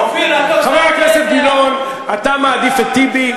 אופיר, חבר הכנסת גילאון, אתה מעדיף את טיבי.